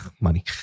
money